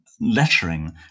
lettering